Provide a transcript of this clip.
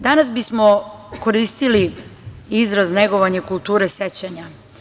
Danas bismo koristili izraz negovanja kulture sećanja.